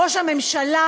ראש הממשלה,